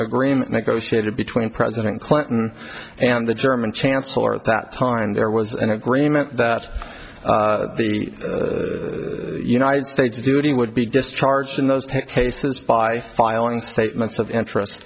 agreement negotiated between president clinton and the german chancellor at that time there was an agreement that the united states duty would be discharged in those cases by filing statements of interest